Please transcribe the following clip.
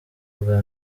bwa